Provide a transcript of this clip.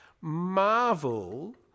Marvel